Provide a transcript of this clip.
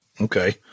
Okay